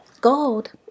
Gold